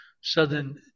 southern